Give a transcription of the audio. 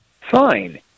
fine